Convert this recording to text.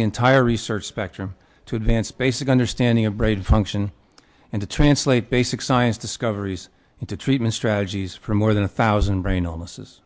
the entire research spectrum to advance basic understanding of brain function and to translate basic science discoveries into treatment strategies for more than a thousand brain illnesses